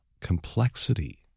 complexity